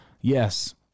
Yes